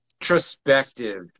introspective